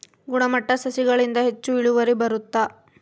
ಗುಣಮಟ್ಟ ಸಸಿಗಳಿಂದ ಹೆಚ್ಚು ಇಳುವರಿ ಬರುತ್ತಾ?